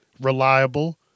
Reliable